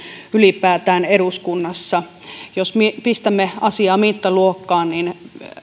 ylipäätään merkityksellinen eduskunnassa jos pistämme asiaa mittaluokkaan niin